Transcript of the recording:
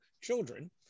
children